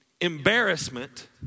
Embarrassment